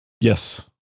Yes